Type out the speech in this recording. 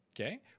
Okay